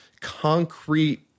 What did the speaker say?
concrete